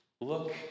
Look